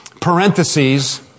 Parentheses